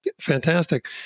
fantastic